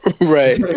Right